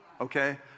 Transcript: okay